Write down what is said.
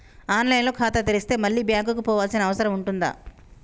On line లో ఖాతా తెరిస్తే మళ్ళీ బ్యాంకుకు పోవాల్సిన అవసరం ఉంటుందా?